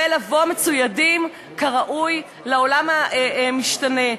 ולבוא מצוידים כראוי לעולם המשתנה.